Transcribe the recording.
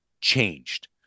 changed